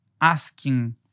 asking